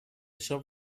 shop